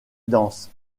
denses